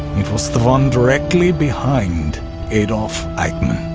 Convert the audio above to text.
it was the one directly behind adolph eichmann.